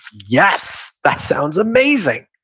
yes. that sounds amazing.